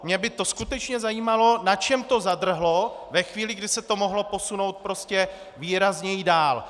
Mě by skutečně zajímalo, na čem to zadrhlo ve chvíli, kdy se to mohlo posunout výrazněji dál.